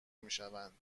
میشوند